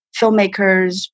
filmmakers